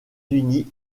unis